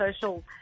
social